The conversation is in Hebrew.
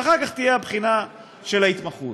ואחר כך תהיה הבחינה של ההתמחות.